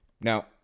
Now